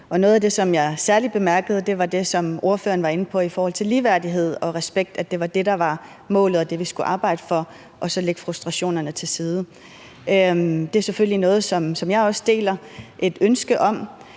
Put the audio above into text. Noget af det, som jeg særlig bemærkede, var det, som ordføreren var inde på i forhold til ligeværdighed og respekt – at det var det, der var målet, og det, vi skulle arbejde for, og så skulle vi lægge frustrationerne til side. Det er selvfølgelig noget, som jeg deler et ønske om.